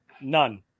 none